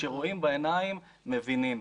כשרואים בעיניים מבינים.